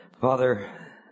Father